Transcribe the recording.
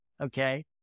okay